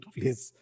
Please